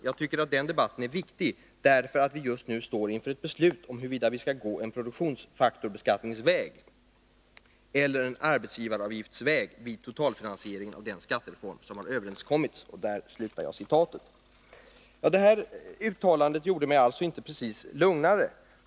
Jag tycker att den debatten är viktig därför att vi just nu står inför ett beslut om huruvida vi skall gå en produktionsfaktorsbeskattningsväg eller en arbetsgivaravgiftsväg vid totalfinansieringen av den skattereform som har överenskommits.” Detta uttalande gjorde mig som sagt inte precis lugnare.